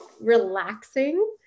relaxing